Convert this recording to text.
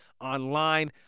online